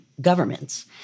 governments